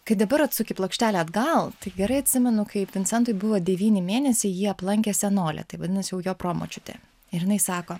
kai dabar atsuki plokštelę atgal tai gerai atsimenu kai vincentui buvo devyni mėnesiai jį aplankė senolė tai vadinas jau jo promočiutę ir jinai sako